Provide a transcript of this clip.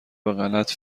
بهغلط